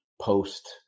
post